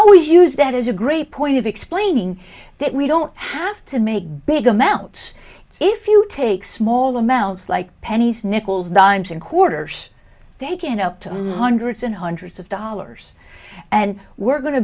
always use that as a great point of explaining that we don't have to make big amounts if you take small amounts like pennies nickels dimes and quarters take in a hundreds and hundreds of dollars and we're going to